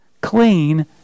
clean